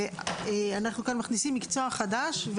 ואנחנו כאן מכניסים מקצוע חדש.